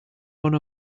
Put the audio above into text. one